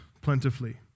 plentifully